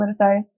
politicized